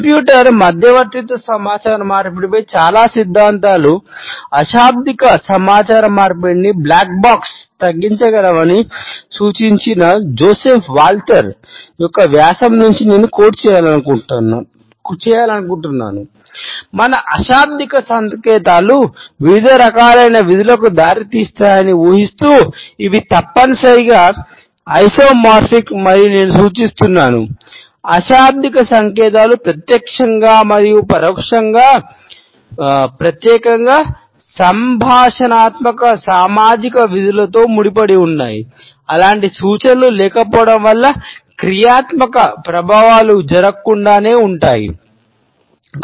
computer సంకేతాలు ప్రత్యక్షంగా మరియు ప్రత్యేకంగా సంభాషణాత్మక సామాజిక విధులతో ముడిపడి ఉన్నాయి అలాంటి సూచనలు లేకపోవడం వల్ల క్రియాత్మక ప్రభావాలు జరగకుండా ఉంటాయి"